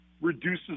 reduces